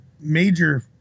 major